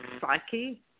psyche